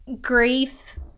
grief